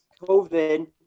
COVID